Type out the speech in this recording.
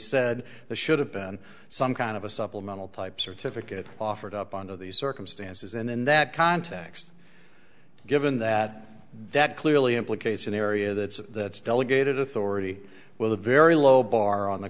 said the should have been some kind of a supplemental type certificate offered up under these circumstances and in that context given that that clearly implicates an area that delegated authority with a very low bar on the